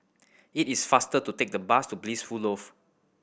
it is faster to take the bus to Blissful Loft